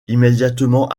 immédiatement